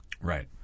Right